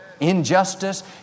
Injustice